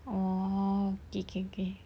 oh okay okay okay